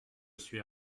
suis